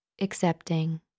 accepting